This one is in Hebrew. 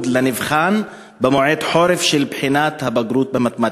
לנבחן במועד החורף של בחינת הבגרות במתמטיקה.